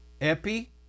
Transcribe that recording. Epi